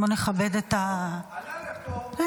בוא נכבד --- עלה פה סולומון